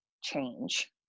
change